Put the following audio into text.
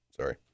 Sorry